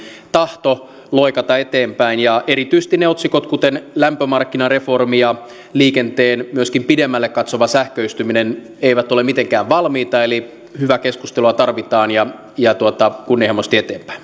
tahto loikata eteenpäin erityisesti ne otsikot kuten lämpömarkkinareformi ja myöskin liikenteen pidemmälle katsova sähköistyminen eivät ole mitenkään valmiita eli hyvää keskustelua tarvitaan ja ja kunnianhimoisesti eteenpäin